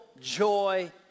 joy